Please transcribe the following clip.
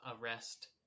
arrest